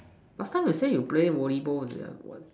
last time you say you play volleyball